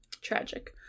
Tragic